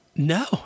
No